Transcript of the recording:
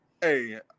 hey